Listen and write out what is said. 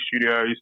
Studios